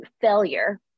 failure